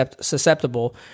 susceptible